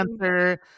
answer